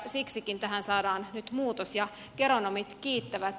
siksikin tähän saadaan nyt muutos ja geronomit kiittävät